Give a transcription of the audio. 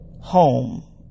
home